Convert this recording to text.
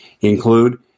include